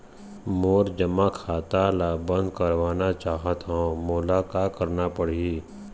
मोर जमा खाता ला बंद करवाना चाहत हव मोला का करना पड़ही?